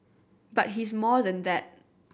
but he's more than that